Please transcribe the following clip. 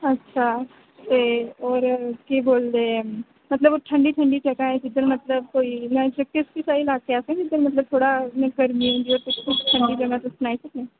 अच्छा ते होर केह् बोलदे मतलब ठंडी ठंडी जगह ऐ जिद्धर मतलब कोई नेहा जिद्धर मतलब थोह्ड़ा गर्मी धुप्प धुप्प ठंडी जगह तुस सनाई सकने